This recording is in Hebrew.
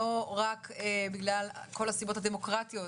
לא רק בגלל כל הסיבות הדמוקרטיות